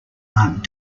aunt